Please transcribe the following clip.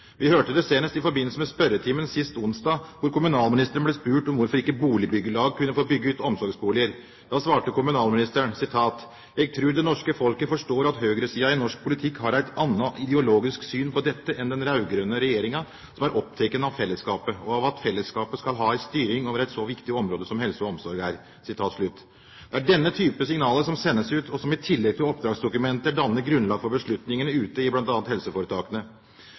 Vi hørte det senest i forbindelse med spørretimen sist onsdag, da kommunalministeren ble spurt om hvorfor ikke boligbyggelag kunne få bygge ut omsorgsboliger. Da svarte kommunalministeren at «eg trur det norske folket forstår at høgresida i norsk politikk har eit anna ideologisk syn på dette enn den raud-grøne regjeringa, som er oppteken av fellesskapet, og av at fellesskapet skal ha ei styring over eit så viktig område som helse og omsorg er». Det er denne type signaler som sendes ut, og som i tillegg til oppdragsdokumenter danner grunnlag for beslutningene ute bl.a. i helseforetakene.